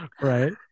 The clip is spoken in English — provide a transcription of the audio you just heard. right